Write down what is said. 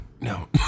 No